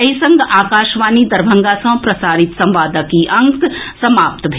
एहि संग आकाशवाणी दरभंगा सँ प्रसारित संवादक ई अंक समाप्त भेल